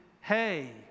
hey